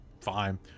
fine